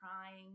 crying